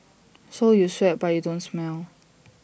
so you sweat but you don't smell